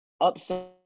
upset